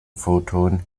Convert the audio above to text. photon